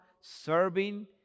serving